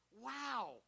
wow